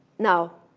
now,